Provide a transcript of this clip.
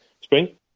Spring